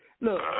look